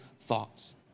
thoughts